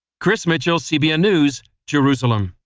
chris mitchell, cbn news, jerusalem.